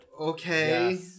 Okay